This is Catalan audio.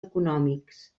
econòmics